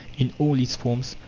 in all its forms,